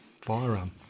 firearm